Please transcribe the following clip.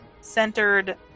centered